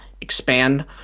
expand